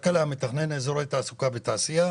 משר הכלכלה מתכנן אזורי תעסוקה ותעשייה,